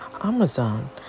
Amazon